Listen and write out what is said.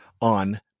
on